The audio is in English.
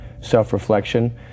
self-reflection